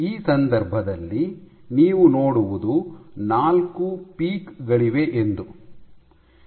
ಈ ಸಂದರ್ಭದಲ್ಲಿ ನೀವು ನೋಡುವುದು ನಾಲ್ಕು ಪೀಕ್ ಗಳಿವೆ ಎಂದು